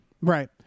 Right